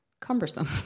cumbersome